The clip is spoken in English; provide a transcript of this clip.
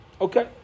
Okay